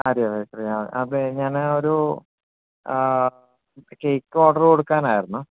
Arya bakery അ അതെ ഞാൻ ഒരു കേക്ക് ഓർഡറ് കൊടുക്കാനായിരുന്നു